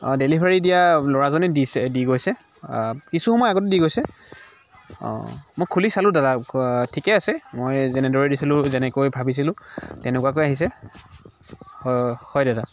অঁ ডেলিভাৰী দিয়া ল'ৰাজনেই দিছে দি গৈছে কিছুসময় আগতে দি গৈছে অঁ মই খুলি চালোঁ দাদা ঠিকে আছে মই যেনেদৰে দিছিলোঁ যেনেকৈ ভাবিছিলোঁ তেনেকুৱাকৈ আহিছে হয় হয় দাদা